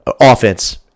offense